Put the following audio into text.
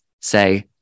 Say